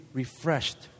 refreshed